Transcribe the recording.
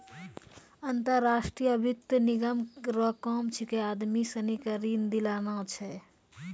अंतर्राष्ट्रीय वित्त निगम रो काम छिकै आदमी सनी के ऋण दिलाना छै